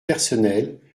personnel